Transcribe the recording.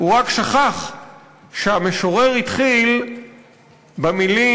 הוא רק שכח שהמשורר התחיל במילים: